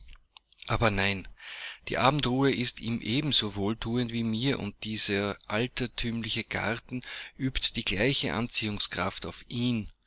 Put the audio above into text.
aber nein die abendruhe ist ihm ebenso wohlthuend wie mir und dieser altertümliche garten übt die gleiche anziehungskraft auf ihn